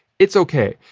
it's okay.